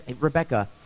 Rebecca